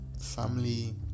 family